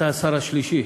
אתה השר השלישי